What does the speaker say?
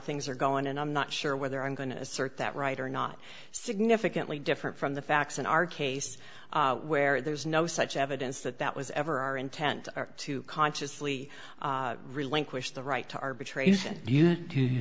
things are going and i'm not sure whether i'm going to assert that right or not significantly different from the facts in our case where there's no such evidence that that was ever our intent to consciously relinquish the right to arbitration you